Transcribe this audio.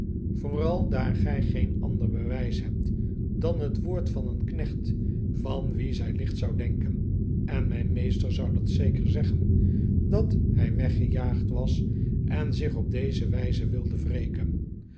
vooral daar gij geen ander bewijs hebt dan het woord van een knecht van wien zij licht zou denken en mijn meester zou dat zeker zeggen dat hij weggejaagd was en zich op deze wijze wilde